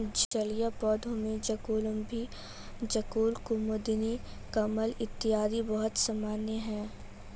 जलीय पौधों में जलकुम्भी, जलकुमुदिनी, कमल इत्यादि बहुत सामान्य है